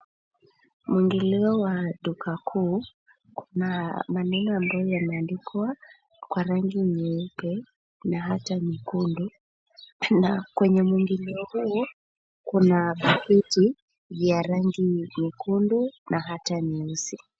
Mwingilio wa duka kuu, kuna maneno ambayo yameandikwa kwa rangi nyeupe na hata nyekundu na kwenye mwingilio huu kuna bucket ya rangi nyekundu na hata nyeusi.